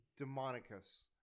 Demonicus